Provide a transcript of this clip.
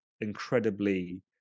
incredibly